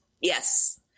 Yes